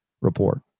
report